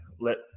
let